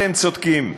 אתם צודקים,